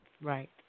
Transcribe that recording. Right